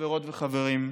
חברות וחברים,